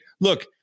Look